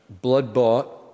Blood-bought